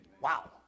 Wow